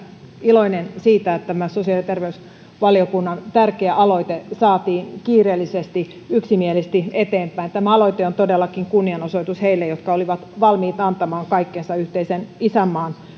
iloinen siitä että tämä sosiaali ja terveysvaliokunnan tärkeä aloite saatiin kiireellisesti yksimielisesti eteenpäin tämä aloite on todellakin kunnianosoitus heille jotka olivat valmiit antamaan kaikkensa yhteisen isänmaan